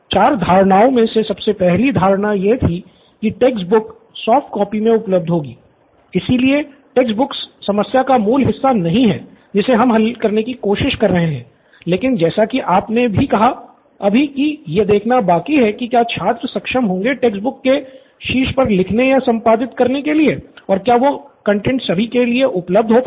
चार धारणाओ में से सबसे पहली धारणा यह थी कि टेक्स्ट बुक्स सॉफ्ट कॉपी में उपलब्ध होगी इसलिए टेक्स्ट बुक्स समस्या का मूल हिस्सा नहीं है जिसे हम हल करने की कोशिश कर रहे हैं लेकिन जैसा की आपने भी कहा अभी भी यह देखना बाकी है कि क्या छात्र सक्षम होंगे टेक्स्ट बुक्स के शीर्ष पर लिखने या संपादित और क्या वो कंटैंट सभी के लिए उपलब्ध हो पाएगा